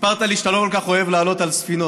סיפרת לי שאתה לא כל כך אוהב לעלות על ספינות,